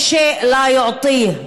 (אומרת בערבית ומתרגמת:)